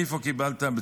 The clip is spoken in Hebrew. איפה קיבלת.